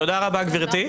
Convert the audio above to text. תודה רבה, גברתי.